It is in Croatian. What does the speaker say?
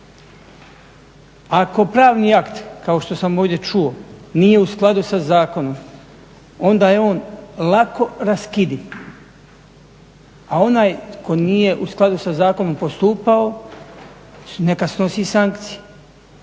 Ako pravni akt kao što sam ovdje čuo nije u skladu sa zakonom onda je on lako raskidiv, a onaj tko nije u skladu sa zakonom postupao neka snosi sankcije.